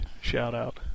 shout-out